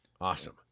Awesome